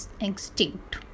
extinct